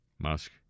Musk